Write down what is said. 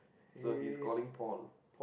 so his calling Paul